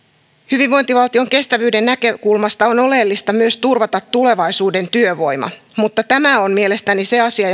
hyvinvointivaltion kestävyyden näkökulmasta on oleellista myös turvata tulevaisuuden työvoima mutta tämä on mielestäni se asia